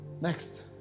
Next